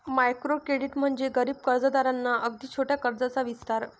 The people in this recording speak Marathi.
मायक्रो क्रेडिट म्हणजे गरीब कर्जदारांना अगदी छोट्या कर्जाचा विस्तार